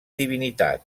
divinitat